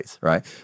right